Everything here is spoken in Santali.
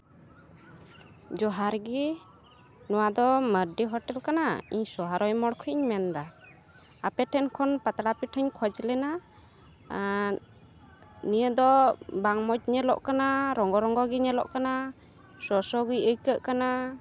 ᱡᱚᱦᱟᱨ ᱜᱮ ᱱᱚᱣᱟ ᱫᱚ ᱢᱟᱨᱰᱤ ᱦᱳᱴᱮᱞ ᱠᱟᱱᱟ ᱤᱧ ᱥᱚᱦᱨᱟᱭ ᱢᱳᱲ ᱠᱷᱚᱱ ᱤᱧ ᱢᱮᱱ ᱮᱫᱟ ᱟᱯᱮ ᱴᱷᱮᱱ ᱠᱷᱚᱱ ᱯᱟᱛᱲᱟ ᱯᱤᱴᱷᱟᱹᱧ ᱠᱷᱚᱡ ᱞᱮᱱᱟ ᱟᱨ ᱱᱤᱭᱟᱹ ᱫᱚ ᱵᱟᱝ ᱢᱚᱡᱽ ᱧᱮᱞᱚᱜ ᱠᱟᱱᱟ ᱨᱚᱸᱜᱚ ᱨᱚᱸᱜᱚ ᱜᱮ ᱧᱮᱞᱚᱜ ᱠᱟᱱᱟ ᱥᱚᱼᱥᱚ ᱜᱮ ᱟᱹᱭᱠᱟᱹᱜ ᱠᱟᱱᱟ